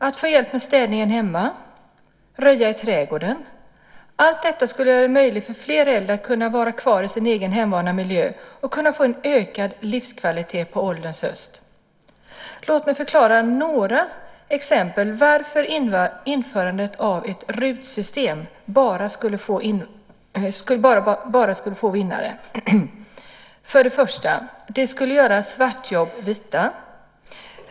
Att få hjälp med städningen hemma, att röja i trädgården och annat skulle göra det möjligt för fler äldre att kunna vara kvar i sin egen hemvana miljö och kunna få en ökad livskvalitet på ålderns höst. Låt mig förklara med några exempel varför införandet av ett RUT-system bara skulle få vinnare. För det första skulle det göra svartjobb vita.